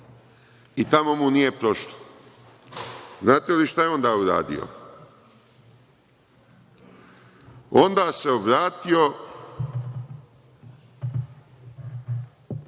i tamo mu nije prošlo. Znate li šta je onda uradio? Onda se obratio